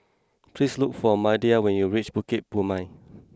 please look for Maida when you reach Bukit Purmei